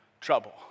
trouble